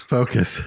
Focus